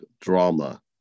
drama